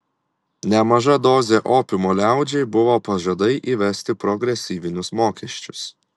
nemaža dozė opiumo liaudžiai buvo pažadai įvesti progresyvinius mokesčius